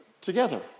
together